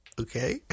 Okay